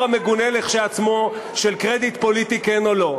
המגונה כשלעצמו של קרדיט פוליטי כן או לא.